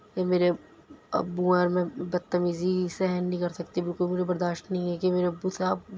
پھر میرے اب ابو اور میں بدتمیزی سہن نہیں کر سکتی بالکل مجھے برداشت نہیں ہے کہ میرے ابو سے آپ